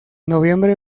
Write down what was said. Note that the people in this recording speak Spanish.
noviembre